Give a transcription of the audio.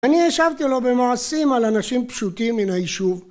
אני השבתי לו במעשים על אנשים פשוטים מן היישוב